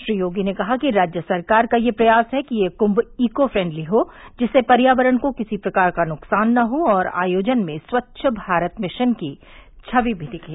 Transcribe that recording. श्री योगी ने कहा कि राज्य सरकार का यह प्रयास है कि यह कुंम ईको फ्रेंडली हो जिससे पर्यावरण को किसी प्रकार का नुकसान न हो और आयोजन में स्वच्छ भारत मिशन की छवि भी दिखे